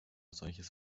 solches